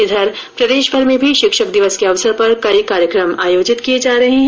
इधर प्रदेशभर में भी शिक्षक दिवस के अवसर पर कई कार्यक्रम आर्योजित किये जा रहे है